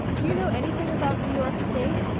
do you know anything about new york state?